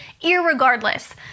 irregardless